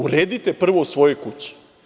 Uredite prvo u svojoj kući.